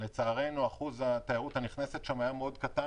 לצערנו אחוז התיירות הנכנסת היה מאוד קטן